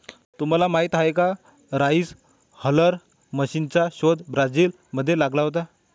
तुम्हाला माहीत आहे का राइस हलर मशीनचा शोध ब्राझील मध्ये लागला होता